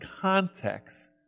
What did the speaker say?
context